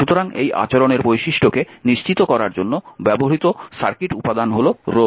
সুতরাং এই আচরণের বৈশিষ্ট্যকে নিশ্চিত করার জন্য ব্যবহৃত সার্কিট উপাদান হল রোধ